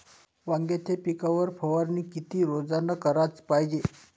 वांग्याच्या पिकावर फवारनी किती रोजानं कराच पायजे?